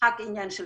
אז